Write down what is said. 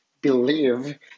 believe